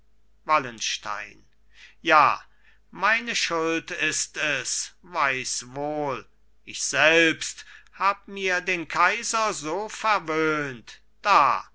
wallenstein ja meine schuld ist es weiß wohl ich selbst hab mir den kaiser so verwöhnt da